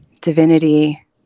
divinity